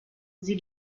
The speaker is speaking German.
sie